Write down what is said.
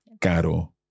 Caro